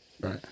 right